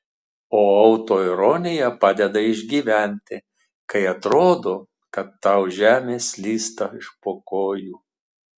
o autoironija padeda išgyventi kai atrodo kad tau žemė slysta iš po kojų